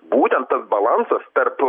būtent tas balansas tarp